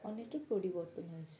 অনেকটা পরিবর্তন হয়েছে